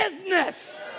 business